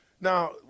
Now